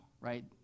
right